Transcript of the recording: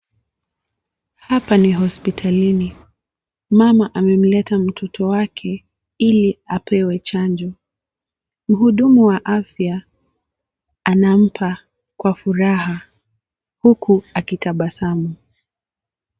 Hapa ni hospitalini, mama amemleta mtoto wake, ili apewe chanjo. Mhudumu wa afia, anamupa kwa furaha. Huku akitabasamu.